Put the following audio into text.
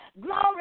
Glory